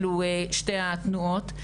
אלו הן שתי התנועות.